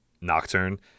Nocturne